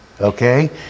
okay